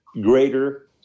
greater